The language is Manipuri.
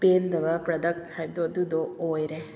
ꯄꯦꯟꯗꯕ ꯄ꯭ꯔꯗꯛ ꯍꯥꯏꯕꯗꯣ ꯑꯗꯨꯗꯣ ꯑꯣꯏꯔꯦ